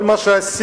כל מה שעשית,